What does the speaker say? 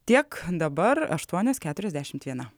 tiek dabar aštuonios keturiasdešimt viena